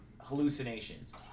hallucinations